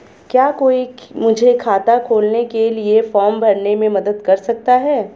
क्या कोई मुझे खाता खोलने के लिए फॉर्म भरने में मदद कर सकता है?